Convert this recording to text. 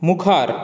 मुखार